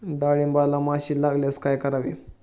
डाळींबाला माशी लागल्यास काय करावे?